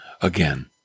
again